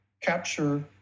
capture